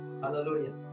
hallelujah